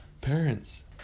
parents